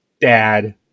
dad